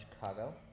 Chicago